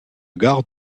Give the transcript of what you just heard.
gare